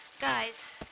guys